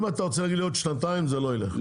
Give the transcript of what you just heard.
אם אתה רוצה להגיד לי עוד שנתיים זה לא יילך.